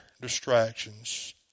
distractions